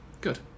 Good